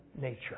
nature